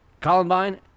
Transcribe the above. Columbine